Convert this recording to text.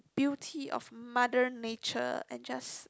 beauty of Mother Nature and just